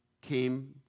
came